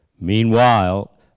Meanwhile